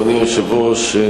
אדוני היושב-ראש,